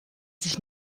sich